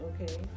okay